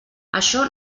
això